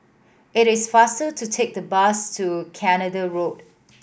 it is faster to take the bus to Canada Road